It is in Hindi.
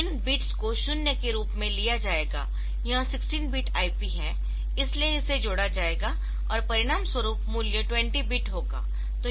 इन बिट्स को शून्य के रूप में लिया जाएगा यह 16 बिट IP है इसलिए इसे जोड़ा जाएगा और परिणामस्वरूप मूल्य 20 बिट होगा